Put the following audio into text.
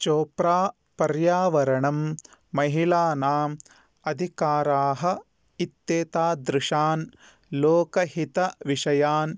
चोप्रा पर्यावरणं महिलानाम् अधिकाराः इत्येतादृशान् लोकहितविषयान्